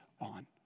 on